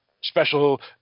special